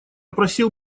просил